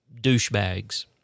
douchebags